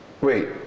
wait